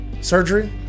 surgery